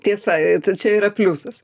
tiesa čia yra pliusas